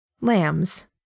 Lambs